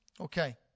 Okay